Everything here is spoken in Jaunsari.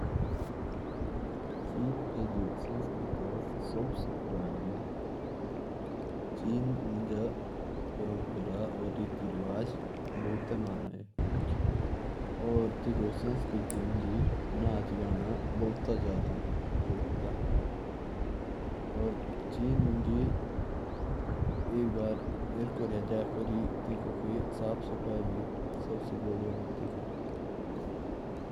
चीन की जो संस्कृति है। वो बहुत पुरानी संस्कृति है। और वहाँ नाच गाना बहुत अच्छा मान ते हैं।